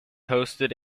hosted